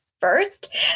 first